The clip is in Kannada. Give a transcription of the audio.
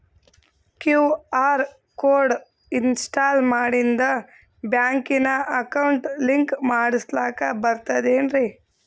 ಕ್ಯೂ.ಆರ್ ಕೋಡ್ ಇನ್ಸ್ಟಾಲ ಮಾಡಿಂದ ಬ್ಯಾಂಕಿನ ಅಕೌಂಟ್ ಲಿಂಕ ಮಾಡಸ್ಲಾಕ ಬರ್ತದೇನ್ರಿ